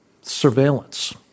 surveillance